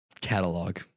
catalog